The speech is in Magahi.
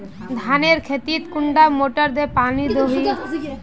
धानेर खेतोत कुंडा मोटर दे पानी दोही?